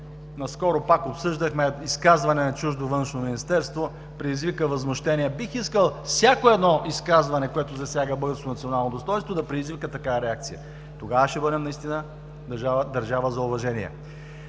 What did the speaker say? Наскоро пак обсъждахме изказване на чуждо външно министерство, което предизвика възмущение. Бих искал всяко едно изказване, което засяга българското национално достойнство, да предизвика такава реакция. Тогава ще бъдем наистина държава за уважение.